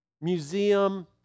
museum